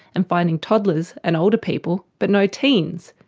and finding toddlers and older people, but no teens.